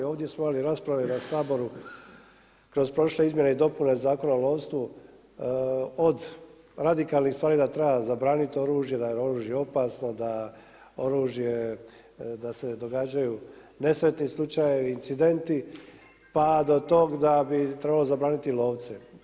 Ovdje smo imali rasprave na Saboru kroz prošle izmjene i dopune Zakona o lovstvu od radikalnih stvari da treba zabraniti oružje, da je oružje opasno, da se događaju nesretni slučajevi, incidenti pa do tog da bi trebalo zabraniti lovce.